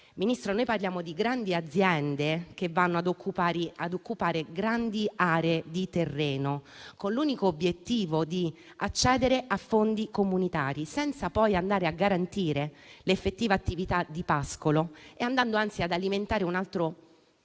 Ministro, noi parliamo di grandi aziende che vanno ad occupare grandi aree di terreno con l'unico obiettivo di accedere a fondi comunitari, senza poi garantire l'effettiva attività di pascolo e andando anzi ad alimentare un altro odioso